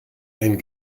ein